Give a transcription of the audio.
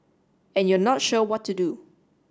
and you're not sure what to do